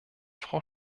frau